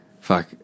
fuck